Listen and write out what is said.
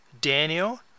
Daniel